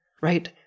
right